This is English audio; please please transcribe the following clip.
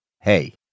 Hey